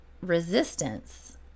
resistance